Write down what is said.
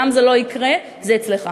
זה אצלך.